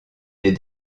des